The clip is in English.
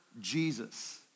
Jesus